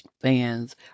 fans